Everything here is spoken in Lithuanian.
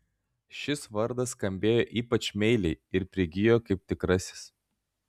šis vardas skambėjo ypač meiliai ir prigijo kaip tikrasis